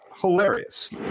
hilarious